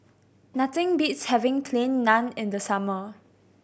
nothing beats having Plain Naan in the summer